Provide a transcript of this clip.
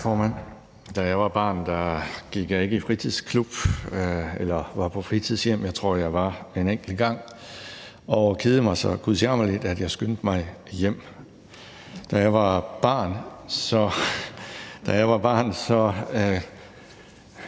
Da jeg var barn, gik jeg ikke i fritidsklub eller på fritidshjem. Jeg tror, at jeg var der en enkelt gang og kedede mig så gudsjammerligt, at jeg skyndte mig hjem. Da jeg var barn, havde